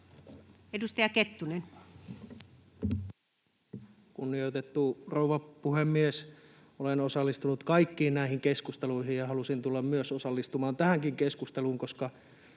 19:35 Content: Kunnioitettu rouva puhemies! Olen osallistunut kaikkiin näihin keskusteluihin ja halusin tulla osallistumaan tähänkin keskusteluun, koska